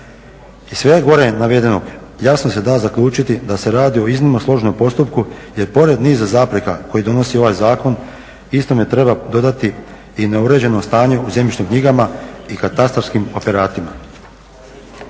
Iz svega gore navedenog jasno se da zaključiti da se radi o iznimno složnom postupku jer pored niza zapreka koje donosi ovaj zakon istome treba dodati i neuređenom stanju u zemljišnim knjigama i katastarskim operatima.